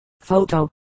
Photo